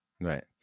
Right